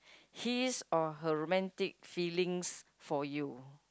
his or her romantic feelings for you